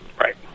Right